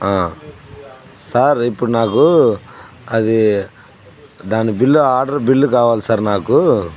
sir ఇప్పుడు నాకూ అది దాని బిల్లు ఆర్డర్ బిల్లు కావాలి సార్ నాకు